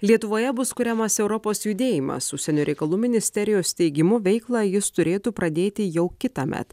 lietuvoje bus kuriamas europos judėjimas užsienio reikalų ministerijos teigimu veiklą jis turėtų pradėti jau kitąmet